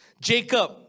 Jacob